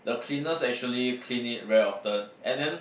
cleaners actually clean it very often and then